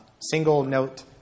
single-note